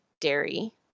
dairy